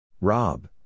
Rob